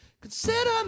consider